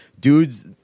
dudes